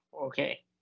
Okay